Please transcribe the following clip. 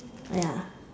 ya